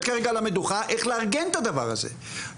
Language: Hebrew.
כרגע על המדוכה איך לארגן את הדבר הזה,